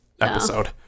episode